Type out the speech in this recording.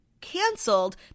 canceled